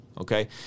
Okay